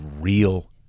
real